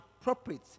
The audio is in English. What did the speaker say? appropriate